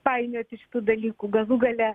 painioti šitų dalykų galų gale